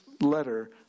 letter